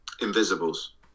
Invisibles